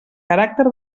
caràcter